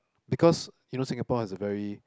because you know Singapore has a very